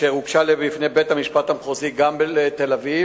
אשר הוגשה בפני בית-המשפט המחוזי בתל-אביב.